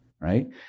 right